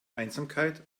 einsamkeit